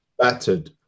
Battered